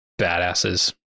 badasses